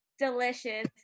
Delicious